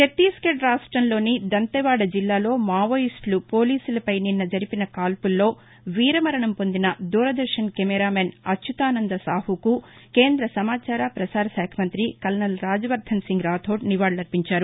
ఛత్తీస్ఘడ్ రాష్టంలోని దంతెవాడ జిల్లాలో మావోయిస్టులు పోలీసులపై నిన్న జరిపిన కాల్పుల్లో వీరమరణం పొందిన దూరదర్శన్ కెమెరామెన్ అచ్యతానంద సాహుకు కేంద్ర సమాచార ప్రసారశాఖ మంతి కల్నల్ రాజ్యవర్టన్ సింగ్ రాధోడ్ నివాళులర్పించారు